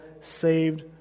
saved